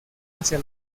hacia